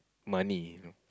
money you know